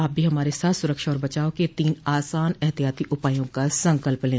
आप भी हमारे साथ सुरक्षा और बचाव के तीन आसान एहतियाती उपायों का संकल्प लें